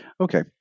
Okay